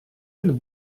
він